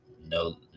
no